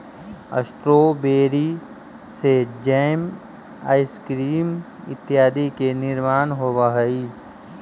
strawberry से jam, ice cream इत्यादि के निर्माण होवऽ हइ